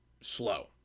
slow